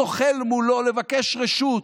זוחל מולו לבקש רשות,